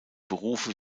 berufe